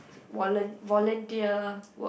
volun~ volunteer work